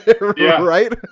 Right